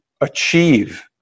achieve